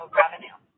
revenue